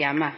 hjemme.